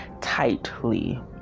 tightly